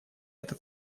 это